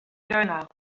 now